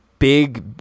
big